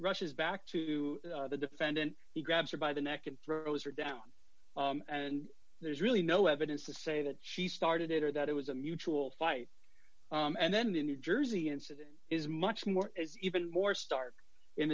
rushes back to the defendant he grabs her by the neck and throws her down and there's really no evidence to say that she started it or that it was a mutual fight and then the new jersey incident is much more even more stark in